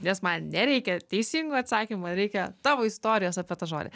nes man nereikia teisingo atsakymo man reikia tavo istorijos apie tą žodį